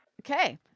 Okay